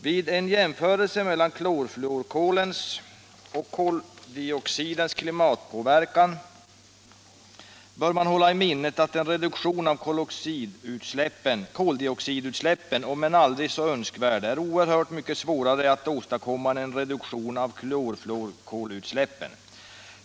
Vid en jämförelse mellan klorfluorkolens och koldioxidens klimatpåverkan ——— bör man hålla i minnet att en reduktion av koldioxidutsläppen, om än aldrig så önskvärd, är oerhört mycket svårare att åstadkomma än en reduktion av klorfluorkolutsläppen.